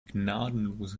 gnadenlose